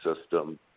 system